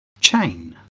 chain